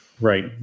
right